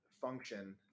function